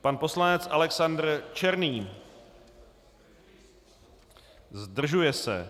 Pan poslanec Alexander Černý: Zdržuje se.